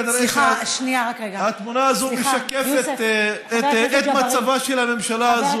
כנראה התמונה הזאת משקפת את מצבה של הממשלה הזאת.